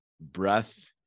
breath